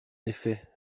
effet